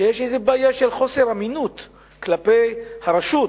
שיש איזו בעיה של חוסר אמינות כלפי הרשות,